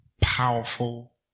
powerful